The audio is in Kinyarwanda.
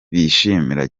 bishimira